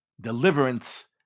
Deliverance